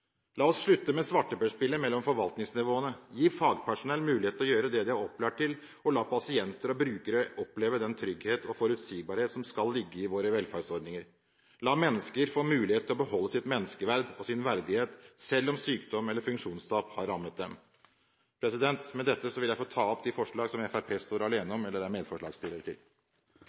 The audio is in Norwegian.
La oss slutte med svarteperspillet mellom forvaltningsnivåene. Gi fagpersonellet mulighet til å gjøre det de er opplært til, og la pasienter og brukere oppleve den trygghet og forutsigbarhet som skal ligge i våre velferdsordninger. La mennesker få muligheten til å beholde sitt menneskeverd og sin verdighet selv om sykdom eller funksjonstap har rammet dem. Med dette vil jeg ta opp de forslagene Fremskrittspartiet står alene om, og de som Fremskrittspartiet er medforslagsstiller til.